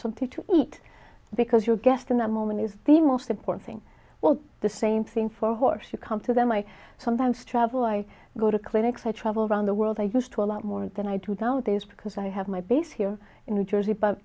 something to eat because your guest in that moment is the most important thing was the same thing for a horse you come to them i sometimes travel i go to clinics i travel around the world i used to a lot more than i do doubt is because i have my base here in new jersey but